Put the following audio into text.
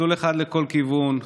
מסלול אחד לכל כיוון,